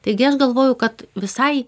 taigi aš galvoju kad visai